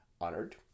honored